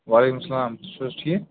وعلیکُم السلام تُہۍ چھِو حظ ٹھیٖک